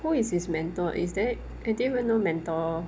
who is his mentor is there I didn't even know mentor